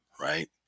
right